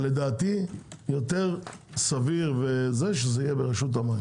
אבל לדעתי, יותר סביר, שזה יהיה ברשות המים